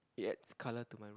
it adds colour to my room